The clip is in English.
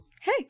Hey